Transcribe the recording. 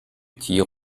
tiere